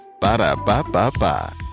Ba-da-ba-ba-ba